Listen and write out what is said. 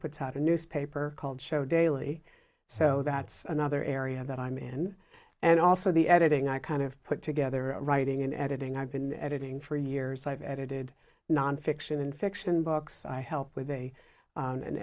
puts out a newspaper called show daily so that's another area that i'm in and also the editing i kind of put together writing and editing i've been editing for years i've edited nonfiction and fiction books i help with a